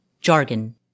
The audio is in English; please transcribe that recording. jargon